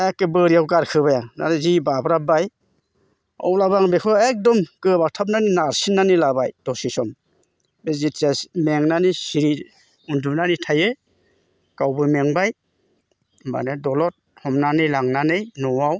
एके बोरिआव गारखोबाय आं जि बाब्राबबाय अब्लाबो आं बेखौ एकदम गोबाथाबनानै नारसिननानै लाबाय दसे सम बे जिथिया मेंनानै सिरि उन्दुनानै थायो गावबो मेंबाय होमबानिया दलद हमनानै लांनानै नआव